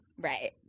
Right